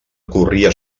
corria